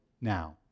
now